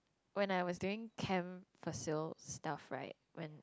when I was doing camp facil stuff right when